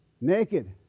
Naked